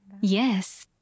Yes